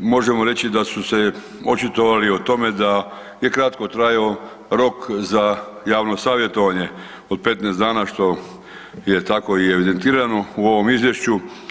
možemo reći da su se očitovali o tome da je kratko trajao rok za javno savjetovanje od 15 dana što je tako i evidentirano u ovom izvješću.